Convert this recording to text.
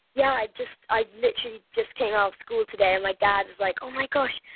yeah, i just i literally just came out of school today. and my dad is like, oh, my gosh,